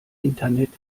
internet